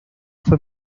fue